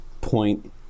point